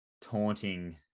taunting